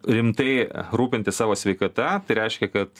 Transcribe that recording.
rimtai rūpintis savo sveikata tai reiškia kad